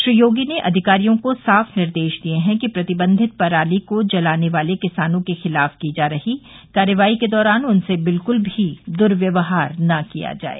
श्री योगो ने अधिकारियों को साफ निर्देश दिए हैं कि प्रतिबंधित पराली को जलाने वाले किसानों के खिलाफ की जा रही कार्रवाई के दौरान उनसे बिल्कुल भी दुर्व्यवहार किया जाए